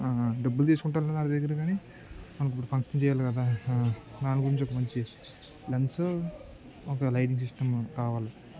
డబ్బులు తీసుకుంటాారు నా దగ్గర కానీ మళ్ళ ఇప్పుడు ఫంక్షన్ చేయాలి కదా దాని గురించి మంచి లెన్స్ ఒక లైటింగ్ సిస్టం కావాలి